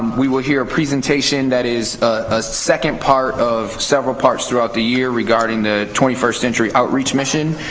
we will hear a presentation that is a second part of several parts throughout the year regarding the twenty first century outreach mission.